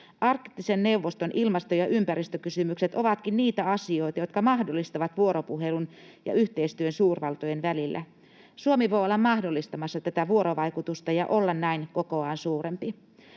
Arktisen neuvoston ilmasto- ja ympäristökysymykset ovatkin niitä asioita, jotka mahdollistavat vuoropuhelun ja yhteistyön suurvaltojen välillä. Suomi voi olla mahdollistamassa tätä vuorovaikutusta ja olla näin kokoaan suurempi.